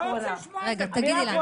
אני לא רוצה לשמוע את זה --- חברי הכנסת?